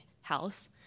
house